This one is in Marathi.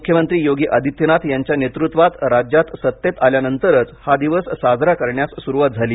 मुख्यमंत्री योगी आदित्यनाथ यांच्या नेतृत्वात राज्यात सत्तेत आल्यानंतरच हा दिवस साजरा करण्यास सुरवात झाली